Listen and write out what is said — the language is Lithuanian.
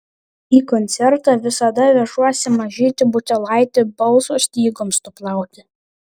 į koncertą visada vežuosi mažytį butelaitį balso stygoms nuplauti